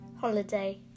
Holiday